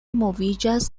moviĝas